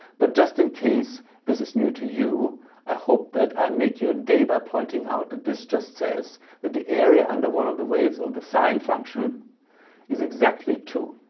but just in case this is new to you i hope that i make your day by pointing out that this just says that the area under one of the waves of the sine function is exactly two.